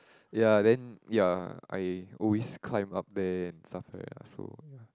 ya then ya I always climb up there and stuff like that lah so ya